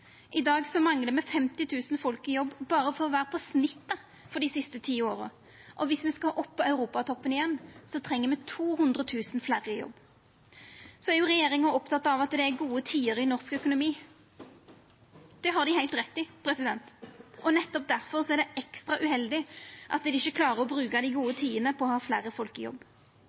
I dag manglar me 50 000 folk i jobb berre for å vera på snittet for dei siste ti åra, og viss me skal opp på europatoppen igjen, treng me 200 000 fleire i jobb. Regjeringa er oppteken av at det er gode tider i norsk økonomi. Det har dei heilt rett i, og nettopp difor er det ekstra uheldig at dei ikkje klarar å bruka dei gode tidene på å ha fleire folk i jobb.